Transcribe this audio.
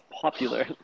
popular